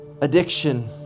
addiction